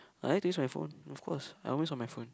I like to use my phone of course I'm always on my phone